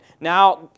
Now